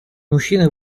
мужчины